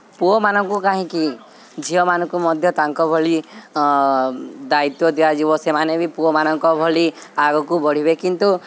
ପୁଅମାନଙ୍କୁ କାହିଁକି ଝିଅମାନଙ୍କୁ ମଧ୍ୟ ତାଙ୍କ ଭଳି ଦାୟିତ୍ୱ ଦିଆଯିବ ସେମାନେ ବି ପୁଅମାନଙ୍କ ଭଳି ଆଗକୁ ବଢ଼ିବେ କିନ୍ତୁ